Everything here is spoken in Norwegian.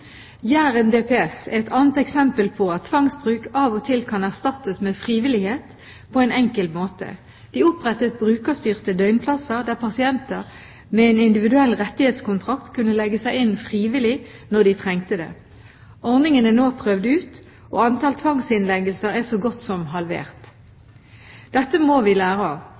DPS er et annet eksempel på at tvangsbruk av og til kan erstattes med frivillighet på en enkel måte. De opprettet brukerstyrte døgnplasser der pasienter med en individuell rettighetskontrakt kunne legge seg inn frivillig når de trengte det. Ordningen er nå prøvd ut, og antall tvangsinnleggelser er så godt som halvert. Dette må vi lære av.